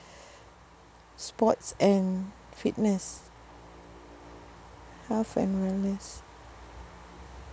sports and fitness health and wellness